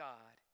God